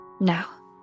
Now